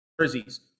jerseys